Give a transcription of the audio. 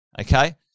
okay